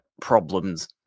problems